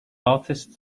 artists